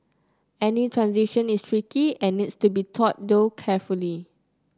any transition is tricky and needs to be thought through carefully